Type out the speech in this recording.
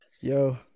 Yo